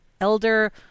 Elder